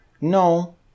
No